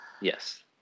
Yes